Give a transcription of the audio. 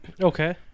Okay